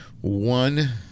one